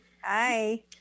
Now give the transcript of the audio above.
Hi